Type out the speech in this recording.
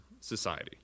society